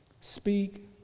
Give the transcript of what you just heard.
speak